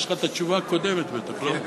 יש לך התשובה הקודמת, לא?